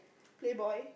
playboy